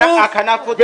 והכנף עוד נטויה.